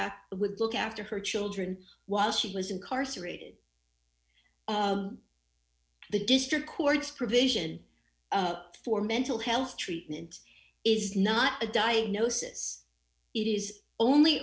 out would look after her children while she was incarcerated the district courts provision for mental health treatment is not a diagnosis it is only